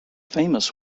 famous